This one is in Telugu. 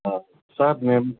సార్ నేను